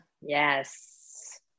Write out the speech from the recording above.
yes